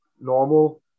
normal